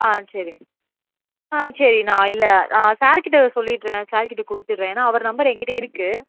ஆ சரி ஆ சரி நான் இல்லை நான் சார் கிட்டே சொல்லிடுறேன் சார் கிட்டே கொடுத்துர்றேன் ஏன்னா அவர் நம்பர் எங்கிட்டே இருக்குது